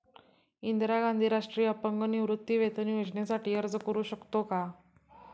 इंदिरा गांधी राष्ट्रीय अपंग निवृत्तीवेतन योजनेसाठी अर्ज करू शकतो का?